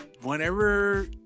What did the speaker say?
Whenever